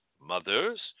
mothers